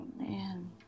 man